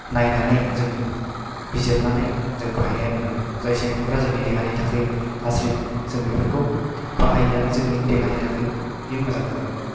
नायनानै जोङो बिजिरनानै जों बाहायनाया गोनां जाय सेम्फुफ्रा जोंनि देहानि थाखाय गाज्रि जों बेफोरखौ बाहायैया जोंनि देहानि थाखाय बियो मोजां जागोन